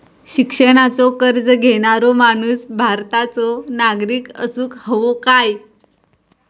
शिक्षणाचो कर्ज घेणारो माणूस भारताचो नागरिक असूक हवो काय?